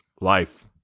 life